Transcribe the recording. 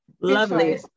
lovely